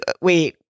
wait